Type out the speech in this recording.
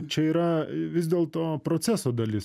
čia yra vis dėlto proceso dalis